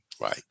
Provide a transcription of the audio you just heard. Right